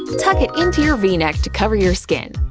tuck it into your v-neck to cover your skin!